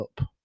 up